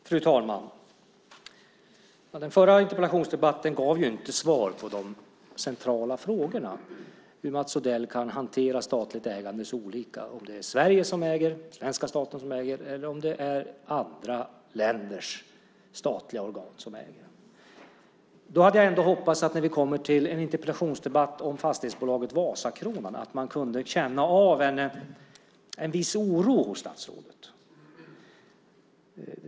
Fru talman! Den förra interpellationsdebatten gav inte svar på de centrala frågorna om hur Mats Odell kan hantera statligt ägande så olika om det är svenska staten som äger eller om det är andra länders statliga organ som äger. Då hade jag ändå hoppats att man när vi kommer till en interpellationsdebatt om fastighetsbolaget Vasakronan skulle kunna känna av en viss oro hos statsrådet.